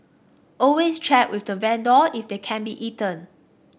always check with the vendor if they can be eaten